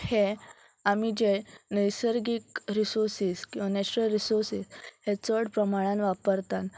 हे आमी जे नैसर्गीक रिसोर्सीस किंवां नॅचरल रिसोर्सीस हे चड प्रमाणान वापरतात